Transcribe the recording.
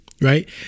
Right